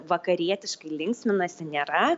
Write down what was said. vakarietiškai linksminasi nėra